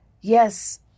Yes